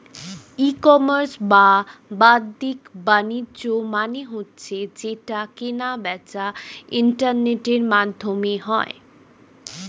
ই commerce বা বাদ্দিক বাণিজ্য মানে হচ্ছে যেই কেনা বেচা ইন্টারনেটের মাধ্যমে হয়